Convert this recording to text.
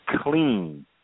clean